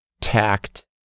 tact